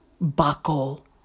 Buckle